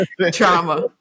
trauma